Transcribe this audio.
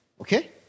Okay